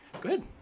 Good